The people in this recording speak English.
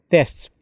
Tests